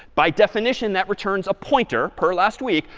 by definition that returns a pointer, per last week.